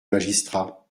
magistrat